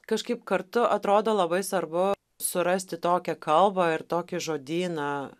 kažkaip kartu atrodo labai svarbu surasti tokią kalbą ir tokį žodyną